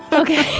ok.